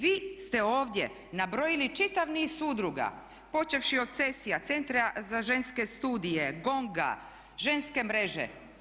Vi te ovdje nabrojili čitav niz udruga počevši od CESI-ja, Centra za ženske studije, GONG-a, Ženske mreže.